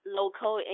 local